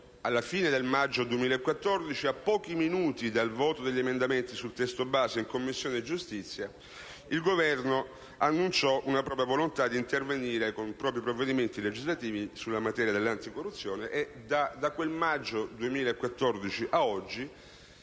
alla fine del maggio 2014, a pochi minuti dal voto sugli emendamenti al testo base, in Commissione giustizia, il Governo annunciò la propria volontà di intervenire, con propri provvedimenti legislativi, sulla normativa anticorruzione. Da quel maggio 2014 ad oggi